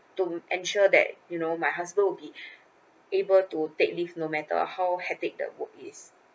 to ensure that you know my husband would be able to take leave no matter how hectic the work is